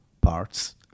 parts